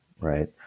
right